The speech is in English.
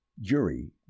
jury